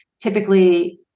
Typically